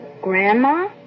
Grandma